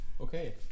Okay